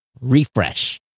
refresh